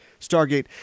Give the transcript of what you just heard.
Stargate